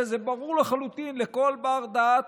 הרי זה ברור לחלוטין לכל בר-דעת,